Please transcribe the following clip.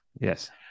yes